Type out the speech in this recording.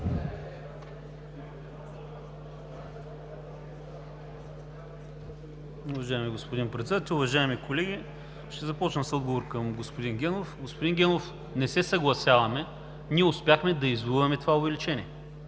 Уважаеми господин Председател, уважаеми колеги! Ще започна с отговор към господин Генов. Господин Генов, не се съгласяваме – ние успяхме да извоюваме това увеличение.